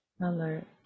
alert